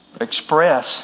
express